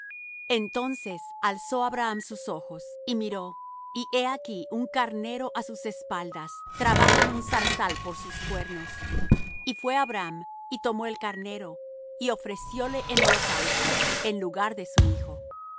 entonces alzó abraham sus ojos y miró y he aquí un carnero á sus espaldas trabado en un zarzal por sus cuernos y fué abraham y tomó el carnero y ofrecióle en holocausto en lugar de su hijo